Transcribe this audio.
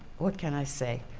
what can i say?